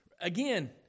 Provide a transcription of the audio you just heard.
Again